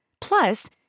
Plus